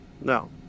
No